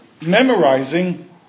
memorizing